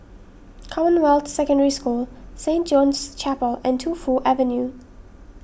Commonwealth Secondary School Saint John's Chapel and Tu Fu Avenue